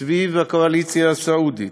וסביב הקואליציה הסעודית,